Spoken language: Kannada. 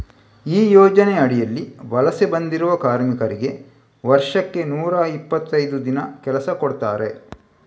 ಈ ಯೋಜನೆ ಅಡಿಯಲ್ಲಿ ವಲಸೆ ಬಂದಿರುವ ಕಾರ್ಮಿಕರಿಗೆ ವರ್ಷಕ್ಕೆ ನೂರಾ ಇಪ್ಪತ್ತೈದು ದಿನ ಕೆಲಸ ಕೊಡ್ತಾರೆ